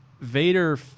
Vader